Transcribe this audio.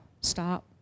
stop